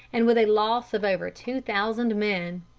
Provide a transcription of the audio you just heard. and with a loss of over two thousand men.